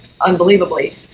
unbelievably